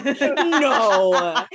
No